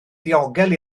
ddiogel